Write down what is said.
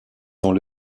dans